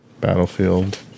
Battlefield